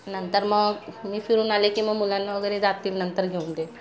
नंतर मग मी फिरून आले की मग मुलांना वगैरे जातील नंतर घेऊन ते